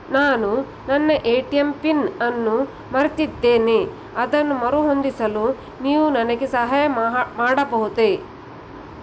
ನಾನು ನನ್ನ ATM PIN ಅನ್ನು ಮರೆತಿದ್ದೇನೆ ಅದನ್ನು ಮರುಹೊಂದಿಸಲು ನೀವು ನನಗೆ ಸಹಾಯ ಮಾಡಬಹುದೇ?